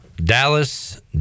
Dallas